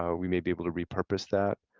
ah we may be able to repurpose that.